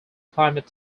climate